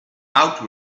out